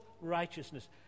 righteousness